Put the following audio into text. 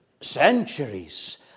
centuries